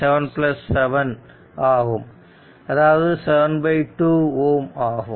அதாவது 72 Ω ஆகும்